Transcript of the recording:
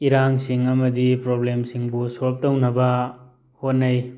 ꯏꯔꯥꯡꯁꯤꯡ ꯑꯃꯗꯤ ꯄ꯭ꯔꯣꯕ꯭ꯂꯦꯝꯁꯤꯡꯕꯨ ꯁꯣꯜꯞ ꯇꯧꯅꯕ ꯍꯣꯠꯅꯩ